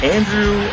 Andrew